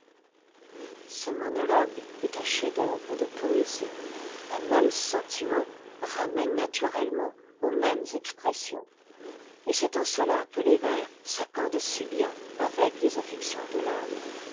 çe monologue est un chef-d'œuvre de poésie un même sentiment ramène naturellement aux mêmes expressions et c'est en cela'que les vers s'accordent si bien avec les affections de l'âme